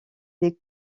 des